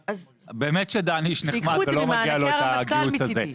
באמת שדן איש נחמד ולא מגיע לו את הגיהוץ הזה,